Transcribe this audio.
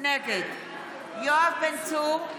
נגד יואב בן צור,